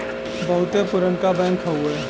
बहुते पुरनका बैंक हउए